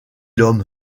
l’homme